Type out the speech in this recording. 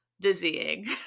dizzying